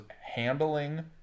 handling